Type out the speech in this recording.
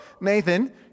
Nathan